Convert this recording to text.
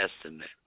estimate